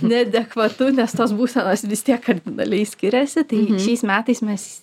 neadekvatu nes tos būsenos vis tiek kardinaliai skiriasi tai šiais metais mes